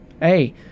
hey